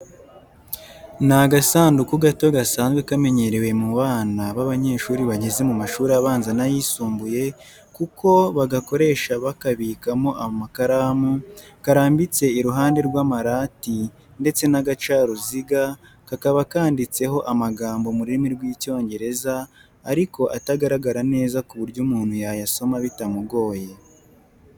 Ni agasanduku gato gasanzwe kamenyerewe mu bana b'abanyeshuri bageze mu mashuri abanza n'ayisumbuye kuko bagakoresha bakabikamo amakaramu, karambitse iruhande rw'amarati ndetse n'agacaruziga, kakaba kanditseho amagambo mu rurimi rw'Icyongereza ariko atagaragara neza ku buryo umuntu yayasoma bitamugoye.